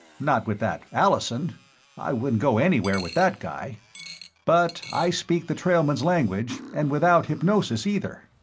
not with that allison i wouldn't go anywhere with that guy but i speak the trailmen's language, and without hypnosis either.